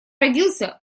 родился